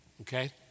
Okay